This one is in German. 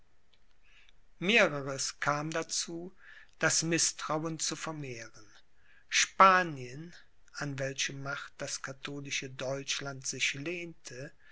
kam dazu das mißtrauen zu vermehren spanien an welche macht das katholische deutschland sich lehnte